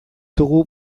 dugu